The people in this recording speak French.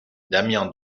damian